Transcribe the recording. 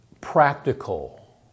practical